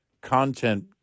content